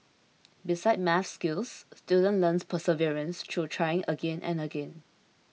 besides maths skills students learn perseverance through trying again and again